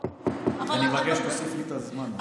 אני מבקש שתוסיף לי את הזמן הזה.